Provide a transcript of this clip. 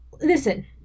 Listen